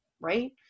right